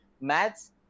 Maths